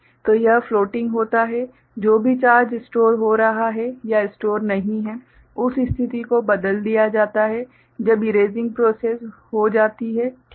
तो यह फ्लोटिंग होता है जो भी चार्ज स्टोर हो रहा है या स्टोर नहीं है उस स्थिति को बदल दिया जाता है जब इरेसिंग प्रोसैस हो जाती है ठीक है